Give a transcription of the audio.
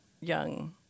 young